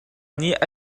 nih